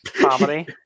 comedy